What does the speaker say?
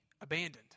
abandoned